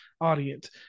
audience